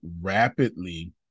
rapidly